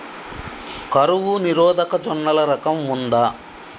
కరువు నిరోధక జొన్నల రకం ఉందా?